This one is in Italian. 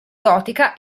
gotica